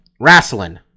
wrestling